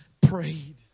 prayed